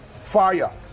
Fire